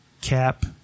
Cap